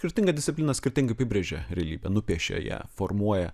skirtinga disciplina skirtingai apibrėžia realybę nupiešia ją formuoja